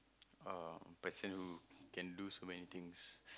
um person who can lose so many things